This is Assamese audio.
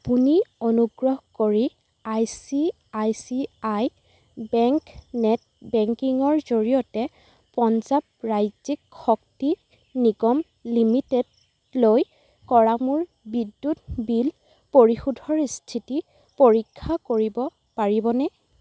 আপুনি অনুগ্ৰহ কৰি I C I C I bank net বেংকিংৰ জৰিয়তে পঞ্জাৱ ৰাজ্যিক শক্তি নিগম লিমিটেডলৈ কৰা মোৰ বিদ্যুৎ বিল পৰিশোধৰ স্থিতি পৰীক্ষা কৰিব পাৰিবনে